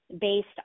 based